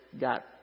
got